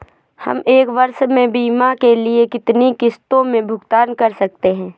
हम एक वर्ष में बीमा के लिए कितनी किश्तों में भुगतान कर सकते हैं?